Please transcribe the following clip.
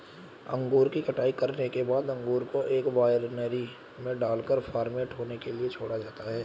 अंगूर की कटाई करने के बाद अंगूर को एक वायनरी में डालकर फर्मेंट होने के लिए छोड़ा जाता है